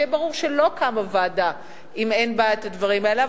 שיהיה ברור שלא קמה ועדה אם אין בה הדברים האלה.